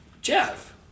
Jeff